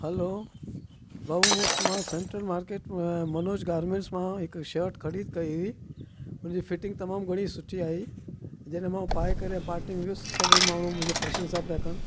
hello भाऊं मूं मां सैट्रल मार्किट मां मनोज गार्मैंट्स मां हिकु शट ख़रीदु कई हुई हुन जी फिटींग तमामु घणी सुठी आई जॾहिं मां उहा पाए करे पाटी में वियुसि सभेई माण्हू मुंहिंजो प्रशंसा पिया कनि